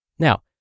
Now